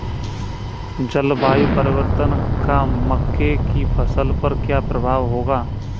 जलवायु परिवर्तन का मक्के की फसल पर क्या प्रभाव होगा?